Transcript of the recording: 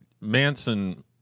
Manson